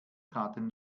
traten